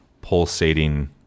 pulsating